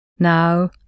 Now